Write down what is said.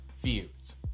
feuds